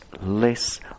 less